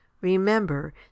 Remember